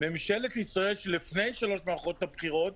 ממשלת ישראל לפני שלוש מערכות הבחירות,